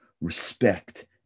respect